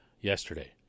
yesterday